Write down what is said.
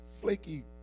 flaky